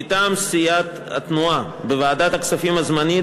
מטעם סיעת התנועה: בוועדת הכספים הזמנית,